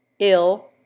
ill